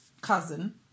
cousin